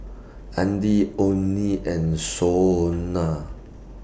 Addie Onnie and Shonna